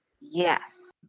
Yes